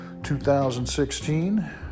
2016